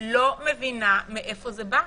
אני לא מבינה מאיפה זה בא.